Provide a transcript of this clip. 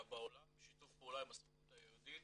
בעולם בשיתוף פעולה עם הסוכנות היהודית,